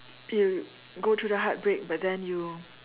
you go through the heartbreak but then you